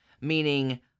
meaning